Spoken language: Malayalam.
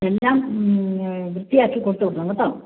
എല്ലാം വൃത്തിയാക്കി കൊടുത്ത് വിടണം കേട്ടോ